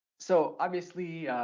so obviously